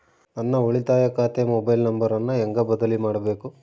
ನನ್ನ ಉಳಿತಾಯ ಖಾತೆ ಮೊಬೈಲ್ ನಂಬರನ್ನು ಹೆಂಗ ಬದಲಿ ಮಾಡಬೇಕು?